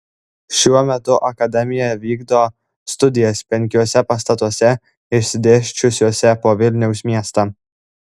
šiuo metu akademija vykdo studijas penkiuose pastatuose išsidėsčiusiuose po vilniaus miestą